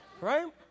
right